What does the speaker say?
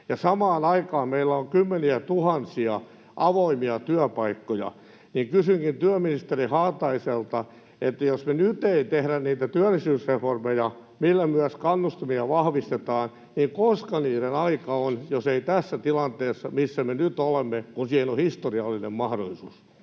samaan aikaan meillä on kymmeniätuhansia avoimia työpaikkoja. Kysynkin työministeri Haataiselta: jos me nyt ei tehdä niitä työllisyysreformeja, millä myös kannustimia vahvistetaan, niin koska niiden aika on, jos ei tässä tilanteessa, missä me nyt olemme, kun siihen on historiallinen mahdollisuus?